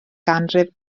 ganrif